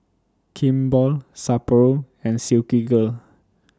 Kimball Sapporo and Silkygirl